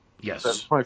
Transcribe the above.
Yes